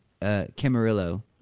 Camarillo